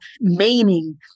meaning